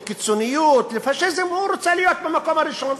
לקיצוניות, לפאשיזם הוא רוצה להיות במקום הראשון.